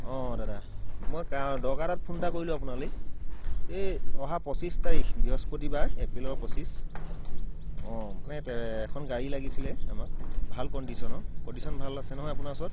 অঁ দাদা মই দৰকাৰ এটাত ফোন এটা কৰিলোঁ আপোনালৈ এই অহা পঁচিছ তাৰিখ বৃহস্পতি বাৰ এপ্ৰিলৰ পঁচিছ অঁ মানে এখন গাড়ী লাগিছিলে আমাক ভল কনডিচনৰ কনডিচন ভাল আছে নহয় আপোনাৰ ওচৰত